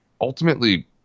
ultimately